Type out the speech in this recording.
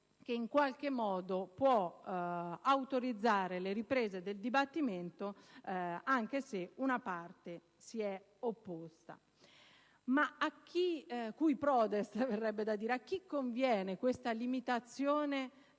in qualche modo autorizzare le riprese del dibattimento anche se una parte si è opposta. *Cui prodest*? A chi conviene questa limitazione